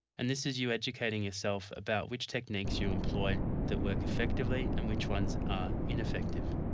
and this is you educating yourself about which techniques you employ that work effectively and which ones are ineffective.